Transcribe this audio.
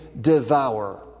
devour